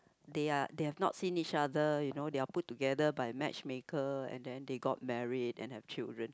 they are they have not seen each other you know they are put together by match maker and then they got married and have children